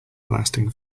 lasting